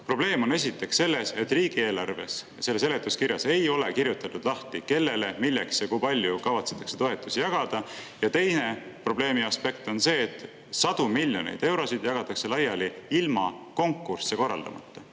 Probleem on esiteks selles, et riigieelarve seletuskirjas ei ole kirjutatud lahti, kellele, milleks ja kui palju kavatsetakse toetusi jagada. Teine probleemi aspekt on see, et sadu miljoneid eurosid jagatakse laiali ilma konkursse korraldamata.